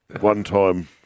one-time